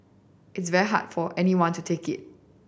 it's very hard for anyone to take it